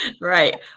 Right